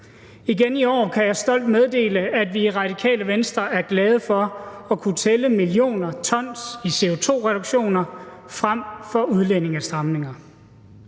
Igen i år kan jeg stolt meddele, at vi i Radikale Venstre er glade for at kunne tælle millioner ton CO2-reduktioner frem for udlændingestramninger,